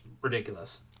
ridiculous